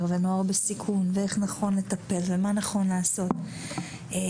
ונוער בסיכון ואיך נכון לטפל ומה נכון לעשות ובאמת,